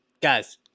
Guys